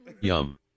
Yum